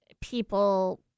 people